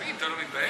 תגיד, אתה לא מתבייש?